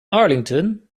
arlington